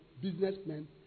businessmen